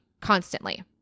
constantly